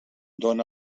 dóna